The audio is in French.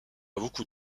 beaucoup